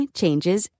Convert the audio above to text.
changes